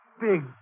big